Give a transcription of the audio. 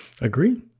Agree